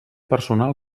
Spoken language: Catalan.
personal